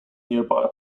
nearby